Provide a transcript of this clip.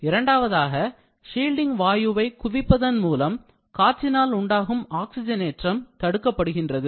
இரண்டாவதாக ஷீல்டிங் வாயுவை குவிப்பதன் மூலம் காற்றினால் உண்டாகும் ஆக்சிஜனேற்றம் தடுக்கப்படுகின்றது